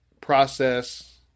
process